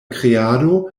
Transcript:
kreado